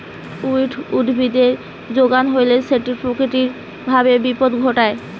weed উদ্ভিদের যোগান হইলে সেটি প্রাকৃতিক ভাবে বিপদ ঘটায়